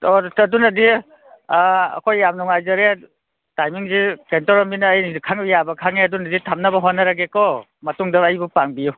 ꯑꯣ ꯑꯗꯨꯅꯗꯤ ꯑꯥ ꯑꯩꯈꯣꯏ ꯌꯥꯝ ꯅꯨꯡꯉꯥꯏꯖꯔꯦ ꯇꯥꯏꯃꯤꯡꯁꯦ ꯀꯩꯅꯣ ꯇꯧꯔꯃꯤꯅ ꯑꯩꯅꯁꯨ ꯈꯪꯕ ꯌꯥꯕ ꯈꯪꯉꯦ ꯑꯗꯨꯅꯗꯤ ꯊꯝꯅꯕ ꯍꯣꯠꯅꯔꯒꯦꯀꯣ ꯃꯇꯨꯡꯗ ꯑꯩꯕꯨ ꯄꯥꯡꯕꯤꯎ